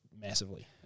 massively